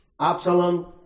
Absalom